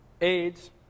AIDS